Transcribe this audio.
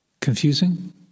confusing